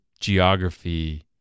geography